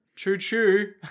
Choo-choo